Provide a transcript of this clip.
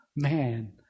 Man